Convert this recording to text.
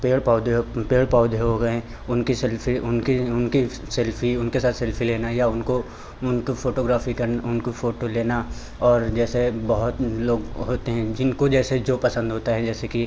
पेड़ पौधे हो पेड़ पौधे हो गए उनकी सेल्फ़ी उनकी उनकी सेल्फ़ी उनके साथ सेल्फ़ी लेना या उनको उनकी फ़ोटोग्राफ़ी करना उनकी फ़ोटो लेना और जैसे बहुत लोग होते हैं जिनको जैसे जो पसंद होता है जैसे कि